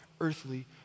earthly